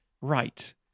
Right